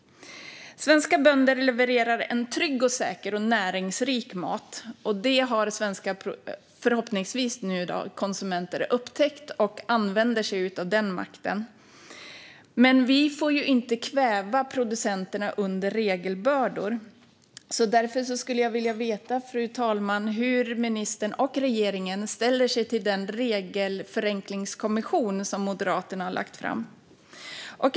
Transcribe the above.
Svenska bönder levererar en trygg, säker och näringsrik mat, vilket svenska konsumenter förhoppningsvis nu har upptäckt så att de använder sin makt. Men vi får inte kväva producenterna under regelbördor. Därför skulle jag vilja veta, fru talman, hur ministern och regeringen ställer sig till den regelförenklingskommission som Moderaterna har föreslagit.